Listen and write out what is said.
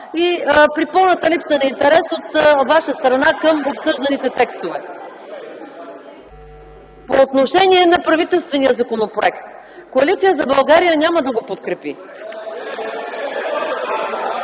и при пълната липса на интерес от ваша страна към обсъжданите текстове. (Шум и реплики от ГЕРБ.) По отношение на правителствения законопроект. Коалиция за България няма да го подкрепи.